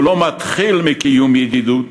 הוא לא מתחיל מקיום ידידות,